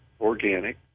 organic